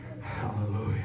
Hallelujah